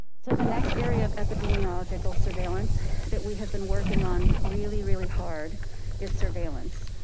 so the next area of epidemiological surveillance that we have been working on really, really hard is surveillance.